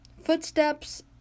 Footsteps